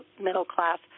middle-class